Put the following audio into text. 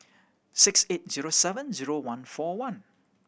six eight zero seven zero one four one